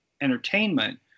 entertainment